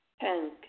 Ten